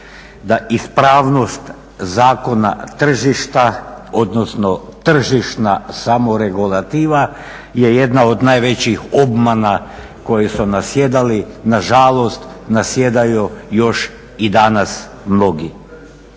da ispravnost zakona tržišta, odnosno tržišna samo regulativa je jedna od najvećih obmana koje su nasjedali. Na žalost nasjedaju još i danas mnogi.